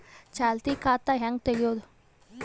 ಚಾಲತಿ ಖಾತಾ ಹೆಂಗ್ ತಗೆಯದು?